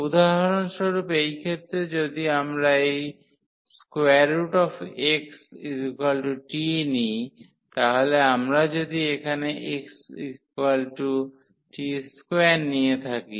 উদাহরণস্বরূপ এই ক্ষেত্রে যদি আমরা এই xt নিই তাহলে আমরা যদি এখানে xt2 নিয়ে থাকি